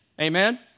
Amen